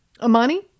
Amani